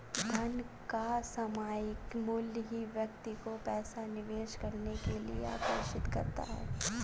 धन का सामायिक मूल्य ही व्यक्ति को पैसा निवेश करने के लिए आर्कषित करता है